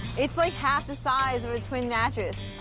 it's, like, half the size of a twin mattress.